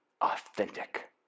authentic